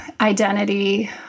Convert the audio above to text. identity